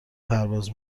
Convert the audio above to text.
پرواز